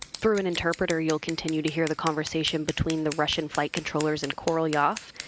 through an interpreter, you'll continue to hear the conversation between the russian flight controllers and koralyov,